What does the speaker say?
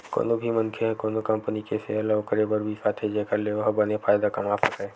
कोनो भी मनखे ह कोनो कंपनी के सेयर ल ओखरे बर बिसाथे जेखर ले ओहा बने फायदा कमा सकय